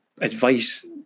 advice